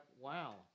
Wow